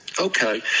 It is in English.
Okay